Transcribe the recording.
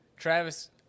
Travis